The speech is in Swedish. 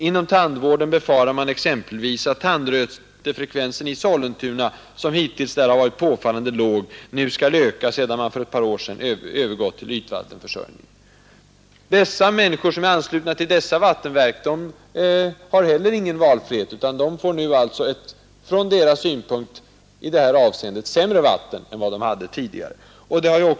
Inom tandvården befarar man exempelvis, att tandrötefrekvensen i Sollentuna, som hittills lär ha varit påfallande låg, nu skall öka sedan man för ett par år sedan övergått till ytvattenförsörjning.” De människor som är anslutna till Vattenverksförbundet har ingen valfrihet utan de får nu ett i detta avseende sämre vatten än vad de hade tidigare.